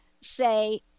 say